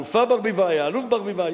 האלופה ברביבאי, האלוף ברביבאי?